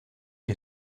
que